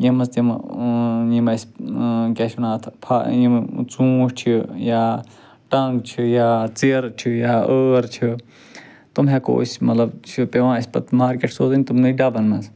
یَتھ منٛز تِم ٲں یِم أسۍ ٲں کیٛاہ چھِ وَنان اَتھ فا یِم ژھوٗنٛٹھۍ چھِ یا ٹَنٛگ چھِ یا ژیٚرٕ چھِ یا ٲر چھِ تِم ہیٚکُو أسۍ مطلب چھِ پیٚوان اسہِ پتہٕ مارکیٚٹ سوزٕنۍ تِمنٕے ڈَبَن منٛز